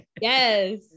yes